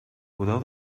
podeu